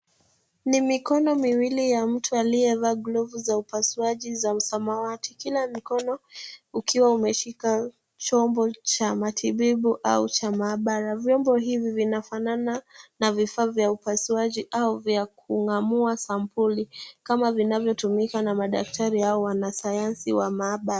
Ni mikono miwili ya mtu aliyevaa glovu za upasuaji za samawati. Kila mkono ukiwa umeshika chombo cha matibabu au cha mahabara. Vyombo hivi vinafanana na vifaa vya upasuaji au vya kung'amua sampuli. Kama vinavyotumika na madaktari au wanasayansi wa mahabara.